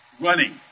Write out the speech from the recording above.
Running